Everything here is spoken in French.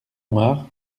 noirs